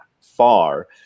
far